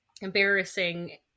embarrassing